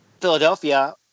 Philadelphia